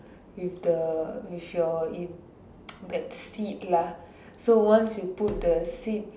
with the with your that seed lah so once you put the seed